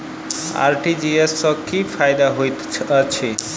RTGS सँ की फायदा होइत अछि?